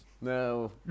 no